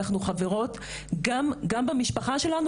אנחנו חברות גם במשפחה שלנו,